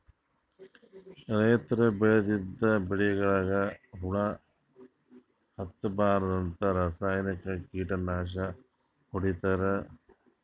ರೈತರ್ ಬೆಳದಿದ್ದ್ ಬೆಳಿಗೊಳಿಗ್ ಹುಳಾ ಹತ್ತಬಾರ್ದ್ಂತ ರಾಸಾಯನಿಕ್ ಕೀಟನಾಶಕ್ ಹೊಡಿತಾರ್